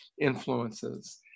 influences